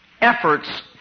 efforts